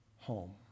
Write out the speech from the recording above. home